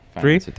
Three